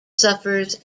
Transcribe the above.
suffers